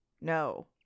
No